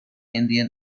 indian